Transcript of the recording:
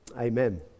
Amen